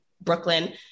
Brooklyn